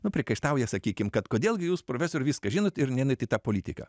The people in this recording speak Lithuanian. nu priekaištauja sakykim kad kodėl gi jūs profesoriau viską žinot ir neeinat į tą politiką